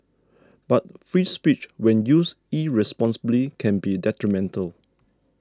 but free speech when used irresponsibly can be detrimental